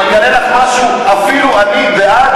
ואני אגלה לך משהו: אפילו אני בעד,